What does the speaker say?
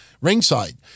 ringside